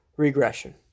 regression